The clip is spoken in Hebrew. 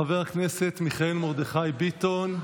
חבר הכנסת מיכאל מרדכי ביטון,